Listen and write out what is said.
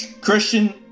Christian